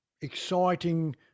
exciting